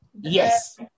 Yes